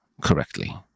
correctly